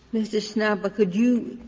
mr. schnapper, could you